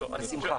בשמחה.